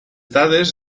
dades